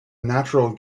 natural